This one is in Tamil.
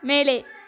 மேலே